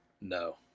No